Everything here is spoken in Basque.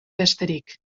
besterik